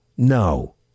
No